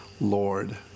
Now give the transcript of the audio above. Lord